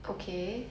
okay